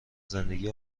زندگی